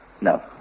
No